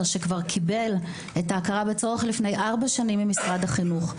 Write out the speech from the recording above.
שכבר קיבל את ההכרה בצורך לפני ארבע שנים ממשרד החינוך,